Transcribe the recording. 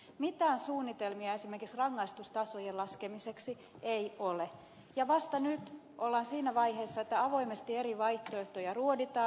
mitään suunnitelmia esimerkiksi rangaistustasojen laskemiseksi ei ole ja vasta nyt ollaan siinä vaiheessa että avoimesti eri vaihtoehtoja ruoditaan